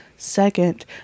Second